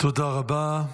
תודה רבה.